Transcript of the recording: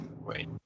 wait